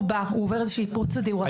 הוא בא, הוא עובר איזושהי פרוצדורה.